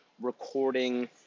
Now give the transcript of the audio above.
recording